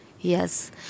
Yes